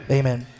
Amen